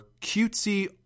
cutesy